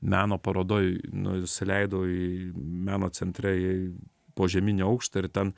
meno parodoj nusileidau į meno centre į požeminį aukštą ir ten